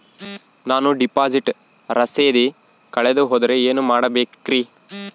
ನಾನು ಡಿಪಾಸಿಟ್ ರಸೇದಿ ಕಳೆದುಹೋದರೆ ಏನು ಮಾಡಬೇಕ್ರಿ?